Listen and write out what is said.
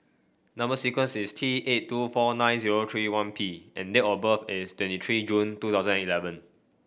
number sequence is T eight two four nine zero three one P and date of birth is twenty three June two thousand eleven